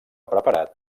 preparat